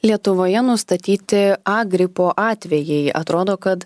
lietuvoje nustatyti a gripo atvejai atrodo kad